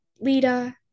Lita